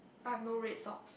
I have no red socks